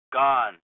gone